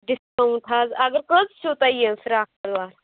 discount حظ اگر کٔس چھُو تۄہہِ یہِ فراکھ شِلوار